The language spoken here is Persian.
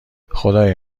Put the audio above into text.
خدای